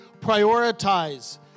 prioritize